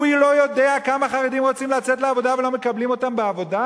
הוא לא יודע כמה חרדים רוצים לצאת לעבודה ולא מקבלים אותם בעבודה.